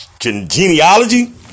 genealogy